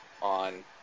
on